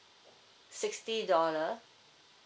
sixty dollar